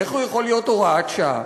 איך הוא יכול להיות הוראת שעה?